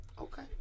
Okay